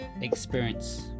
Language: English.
experience